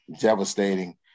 devastating